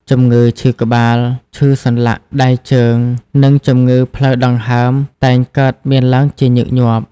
ជំងឺឈឺក្បាល ឈឺសន្លាក់ដៃជើង និងជំងឺផ្លូវដង្ហើមតែងកើតមានឡើងជាញឹកញាប់។